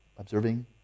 observing